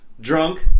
drunk